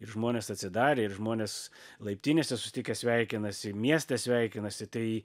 žmonės atsidarė ir žmonės laiptinėse susitikę sveikinasi mieste sveikinasi tai